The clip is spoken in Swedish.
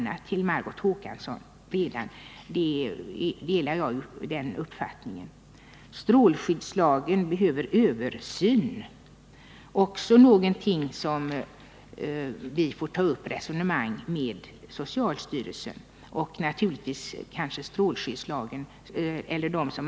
Det tycker jag att jag redan har svarat på. Jag delar uppfattningen att endast välutbildad personal skall utföra detta arbete. I den tredje frågan undrar Margot Håkansson om inte strålskyddslagen behöver en översyn.